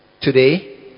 today